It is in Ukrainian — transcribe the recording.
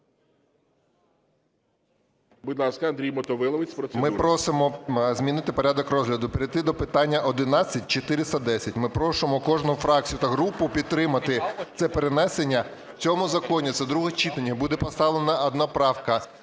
Ми просимо змінити порядок розгляду: перейти до питання 11410. Ми просимо кожну фракцію та групу підтримати це перенесення. В цьому законі – це друге читання, – буде поставлена одна правка